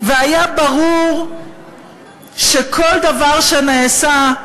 והיה ברור שכל דבר שנעשה,